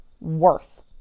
worth